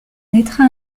naîtra